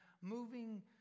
moving